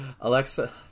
Alexa